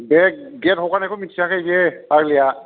बे गेट हगारनायखौ मिथियाखै बेयो फाग्लिया